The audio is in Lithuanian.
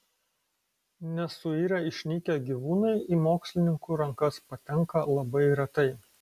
nesuirę išnykę gyvūnai į mokslininkų rankas patenka labai retai